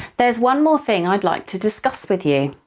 there's one more thing i'd like to discuss with you.